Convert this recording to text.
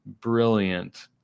brilliant